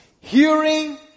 hearing